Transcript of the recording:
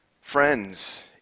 friends